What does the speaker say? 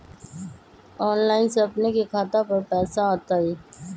Online से अपने के खाता पर पैसा आ तई?